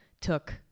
took